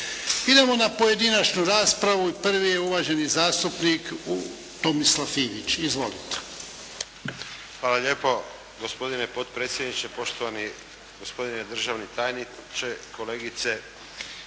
Idemo na pojedinačnu raspravu. Prvi je uvaženi zastupnik Tomislav Ivić. Izvolite. **Ivić, Tomislav (HDZ)** Hvala lijepo. Gospodine potpredsjedniče, poštovani državni tajniče, kolegice